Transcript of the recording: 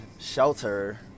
shelter